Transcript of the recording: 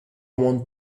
want